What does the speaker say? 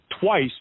twice